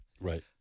Right